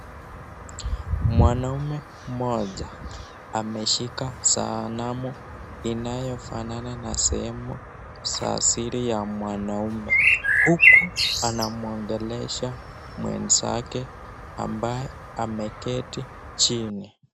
Mwanaume mmoja ameshika sanamu inayofanana na sehemu za siri ya mwanaume uku anamwongelesha mwenzake ambaye ameketi chini.